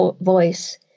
voice